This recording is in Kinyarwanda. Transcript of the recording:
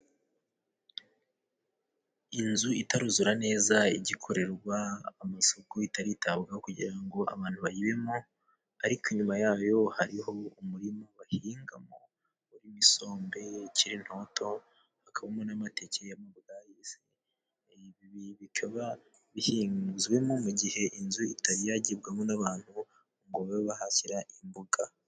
Inzu itaruzura neza igikorerwa amasuku, itaritabwaho kugira ngo abantu bayibemo. Ariko inyuma yayo hariho umurima bahingamo urimo isombe ikiri ntoto, hakabamo n'amateke y'amabwayisi, bikaba bihinzwemo mu gihe inzu itari yagibwamo n'abantu ngo babe bahashyira imboga.